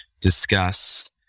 discuss